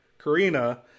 Karina